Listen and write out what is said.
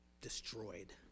destroyed